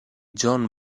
john